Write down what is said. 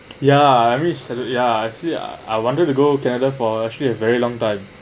ya I mean suddenly ya actually I I wanted to canada for actually a very long time